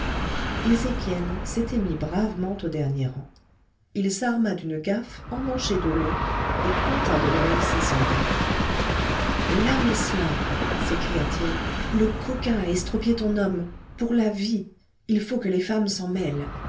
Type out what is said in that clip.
ezéchiel s'était mis bravement au dernier rang il s'arma d'une gaffe emmanchée de long et compta de l'oeil ses soldats la meslin s'écria-t-il le coquin a estropié ton homme pour la vie il faut que les femmes